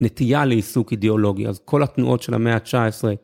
נטייה לעיסוק אידיאולוגי, אז כל התנועות של המאה ה-19